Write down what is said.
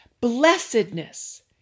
blessedness